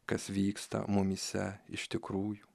kas vyksta mumyse iš tikrųjų